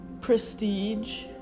prestige